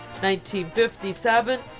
1957